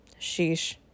Sheesh